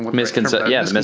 misconceptions,